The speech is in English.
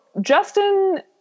Justin